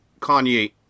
Kanye